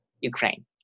Ukraine